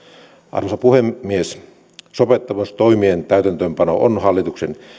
arvoisa puhemies sopeuttamistoimien täytäntöönpano on hallituksen